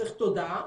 צריך תודעה,